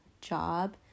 job